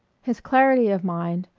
his clarity of mind,